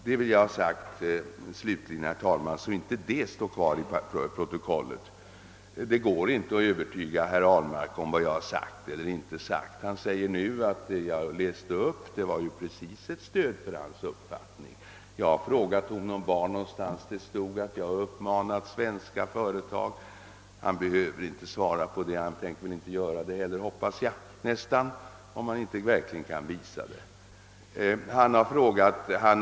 Jag vill ha sagt det ta, herr talman, så att herr Ahlmarks påstående inte står oemotsagt i protokollet. Det går inte att övertyga herr Ahlmark om vad jag sagt eller inte sagt. Nu sade han att det jag läste upp helt och hållet stöder hans uppfattning. Jag har frågat honom var det står att jag riktat uppmaningar till svenska företag, men han behöver inte svara och tänker väl inte heller göra det. Jag hoppas för resten att han inte gör det, om han inte kan komma med ett verkligt bevis.